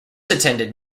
attended